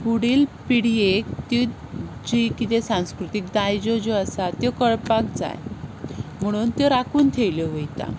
फुडले पिळगेक त्यो जी कितें सांस्कृतीक दायज ज्यो आसा त्यो कळपाक जाय म्हणून त्यो राखून ठेवल्यो वता